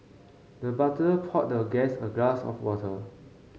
the butler poured the guest a glass of water